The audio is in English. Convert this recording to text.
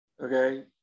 okay